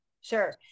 Sure